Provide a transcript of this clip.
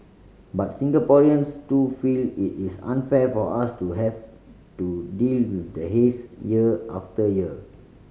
but Singaporeans too feel it is unfair for us to have to deal with the haze year after year